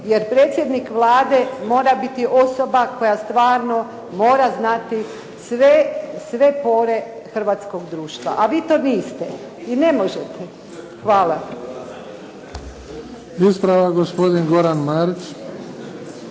jer predsjednik Vlade mora biti osoba koja stvarno mora znati sve pore hrvatskog društva, a vi to niste i ne možete. Hvala.